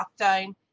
lockdown